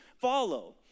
follow